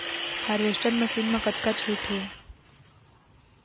Harvester machine मा कतका छूट हे?